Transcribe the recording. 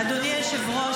אדוני היושב-ראש,